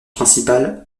principal